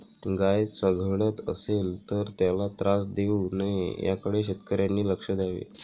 गाय चघळत असेल तर त्याला त्रास देऊ नये याकडे शेतकऱ्यांनी लक्ष द्यावे